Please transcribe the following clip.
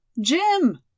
jim